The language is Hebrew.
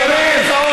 אבל אני אמרתי לך,